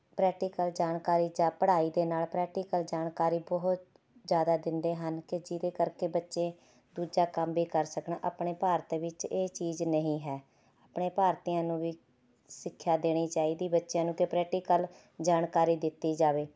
practical ਜਾਣਕਾਰੀ ਜਾਂ ਪੜ੍ਹਾਈ ਦੇ ਨਾਲ ਪਰੈਟੀਕਲ ਜਾਣਕਾਰੀ ਬਹੁਤ ਜ਼ਿਆਦਾ ਦਿੰਦੇ ਹਨ ਕਿ ਜਿਹਦੇ ਕਰਕੇ ਬੱਚੇ ਦੂਜਾ ਕੰਮ ਵੀ ਕਰ ਸਕਣ ਆਪਣੇ ਭਾਰਤ ਵਿੱਚ ਇਹ ਚੀਜ਼ ਨਹੀਂ ਹੈ ਆਪਣੇ ਭਾਰਤੀਆਂ ਨੂੰ ਵੀ ਸਿੱਖਿਆ ਦੇਣੀ ਚਾਹੀਦੀ ਬੱਚਿਆਂ ਨੂੰ ਅਤੇ ਪਰੈਟੀਕਲ ਜਾਣਕਾਰੀ ਦਿੱਤੀ ਜਾਵੇ